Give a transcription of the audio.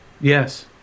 Yes